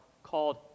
called